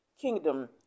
Kingdom